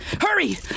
Hurry